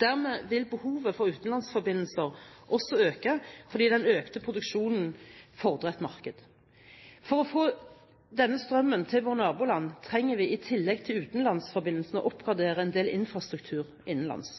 Dermed vil behovet for utenlandsforbindelser også øke, fordi den økte produksjonen fordrer et marked. For å få denne strømmen til våre naboland trenger vi i tillegg til utenlandsforbindelsene, å oppgradere en del infrastruktur innenlands.